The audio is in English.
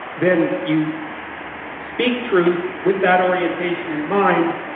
then you speak truth without orientation in mind